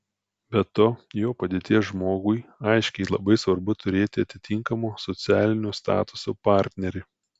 be to jo padėties žmogui aiškiai labai svarbu turėti atitinkamo socialinio statuso partnerį